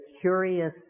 curious